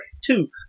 two